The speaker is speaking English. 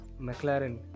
McLaren